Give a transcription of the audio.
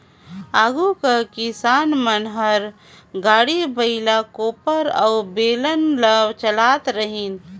आघु कर किसान मन हर गाड़ी, बइला, कोपर अउ बेलन ल चलात रहिन